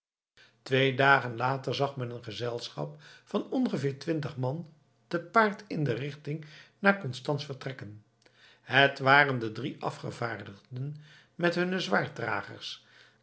twee dagen later zag men een gezelschap van ongeveer twintig man te paard in de richting naar konstanz vertrekken het waren de drie afgevaardigden met hunne